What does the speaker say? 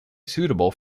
suitable